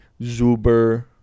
Zuber